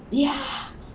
ya